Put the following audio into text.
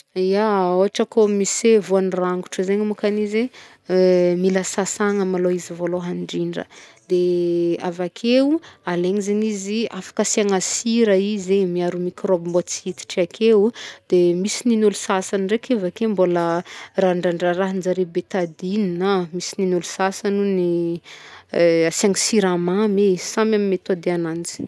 Ya, ôhatra koa misy e, voan'ny rangotra zegny môkany izy e, mila sasagna malô izy vôlohany ndrindra, de avakeo alaigny zegny izy, afaka asiàgna sira izy e, miaro ny microba mba tsy hiditra akeo, de misy nin'ôlo sasany ndraiky avakeo mbola randr- rarandrararahanjare betadine a, misy nin'ôlo sasany hono asiàgna siramamy, samy amy metôdy agnanjy.